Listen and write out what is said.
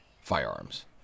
firearms